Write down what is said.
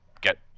get